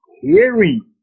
Hearing